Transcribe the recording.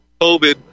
COVID